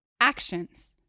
Actions